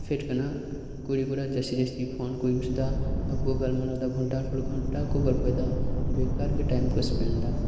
effect ᱠᱟᱱᱟ ᱠᱩᱲᱤ ᱠᱚᱲᱟ ᱡᱟᱥᱛᱤ ᱡᱟᱥᱛᱤ ᱯᱷᱳᱱ ᱠᱚ ᱤᱭᱩᱡᱽ ᱮᱫᱟ ᱟᱨ ᱠᱚ ᱜᱟᱞᱢᱟᱨᱟᱣ ᱮᱫᱟ ᱜᱷᱚᱱᱴᱟᱨ ᱯᱚᱨ ᱜᱷᱚᱱᱴᱟ ᱠᱚ ᱜᱚᱞᱯᱚ ᱮᱫᱟ ᱵᱮᱠᱟᱨ ᱜᱮ ᱴᱟᱭᱤᱢ ᱠᱚ ᱥᱯᱮᱱᱰ ᱮᱫᱟ